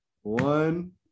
One